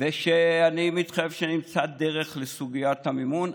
ושאני מתחייב שנמצא דרך לסוגיית המימון,